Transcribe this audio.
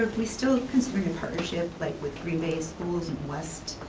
we still considered in partnership like with green bay schools and west